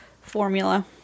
formula